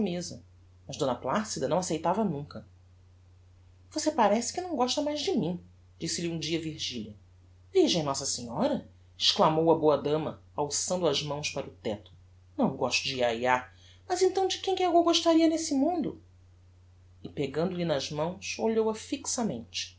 mas d placida não aceitava nunca você parece que não gosta mais de mim disse-lhe um dia virgilia virgem nossa senhora exclamou a boa dama alçando as mãos para o tecto não gosto de yayá mas então de quem é que eu gostaria neste mundo e pegando-lhe nas mãos olhou-a fixamente